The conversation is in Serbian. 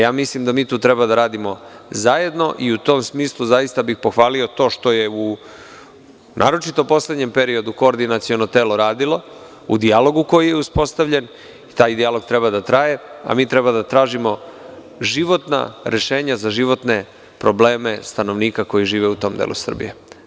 Ja mislim da mi to treba da radimo zajedno i u tom smislu zaista bih pohvalio to što je, naročito u poslednjem periodu, koordinaciono telo radilo, u dijalogu koji je uspostavljen i taj dijalog treba da traje, a mi treba da tražimo životna rešenja za životne probleme stanovnika koji žive u tom delu Srbije.